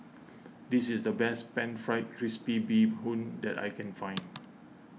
this is the best Pan Fried Crispy Bee Hoon that I can find